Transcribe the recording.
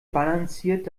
balanciert